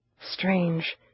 Strange